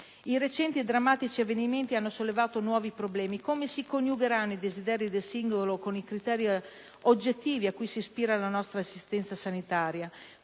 I recenti e drammatici avvenimenti hanno sollevato nuovi problemi: come si coniugheranno i desideri del singolo con i criteri oggettivi a cui si ispira la nostra assistenza sanitaria?